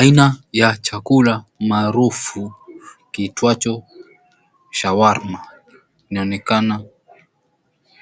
Aina ya chakula maarufu kiitwacho shawarma kinaonekana